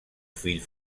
fill